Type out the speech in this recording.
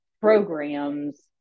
programs